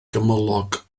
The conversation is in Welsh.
gymylog